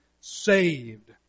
saved